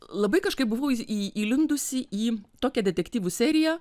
labai kažkaip buvau į į įlindusi į tokią detektyvų seriją